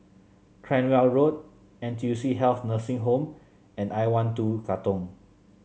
Cranwell Road N T U C Health Nursing Home and I one two Katong